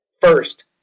First